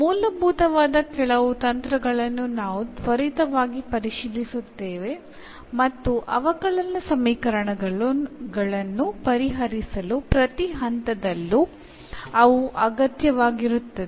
ಮೂಲಭೂತವಾದ ಕೆಲವು ತಂತ್ರಗಳನ್ನು ನಾವು ತ್ವರಿತವಾಗಿ ಪರಿಶೀಲಿಸುತ್ತೇವೆ ಮತ್ತು ಅವಕಲನ ಸಮೀಕರಣಗಳನ್ನು ಪರಿಹರಿಸಲು ಪ್ರತಿ ಹಂತದಲ್ಲೂ ಅವು ಅಗತ್ಯವಾಗಿರುತ್ತದೆ